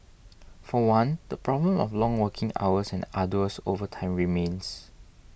for one the problem of long working hours and arduous overtime remains